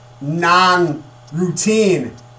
non-routine